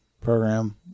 program